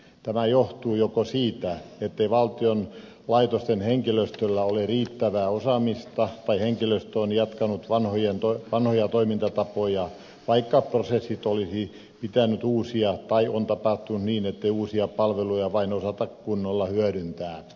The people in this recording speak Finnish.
tämä johtuu joko siitä ettei valtion laitosten henkilöstöllä ole riittävää osaamista tai henkilöstö on jatkanut vanhoja toimintatapoja vaikka prosessit olisi pitänyt uusia tai on tapahtunut niin ettei uusia palveluja vain osata kunnolla hyödyntää